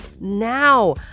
now